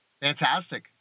Fantastic